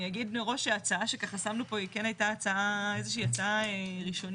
אני אגיד מראש שההצעה ששמנו פה היא כן הייתה איזה שהיא הצעה ראשונית.